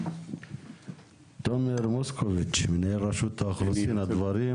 תומר מוסקוביץ', מנכ"ל רשות האוכלוסין, הדברים